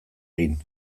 egin